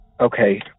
okay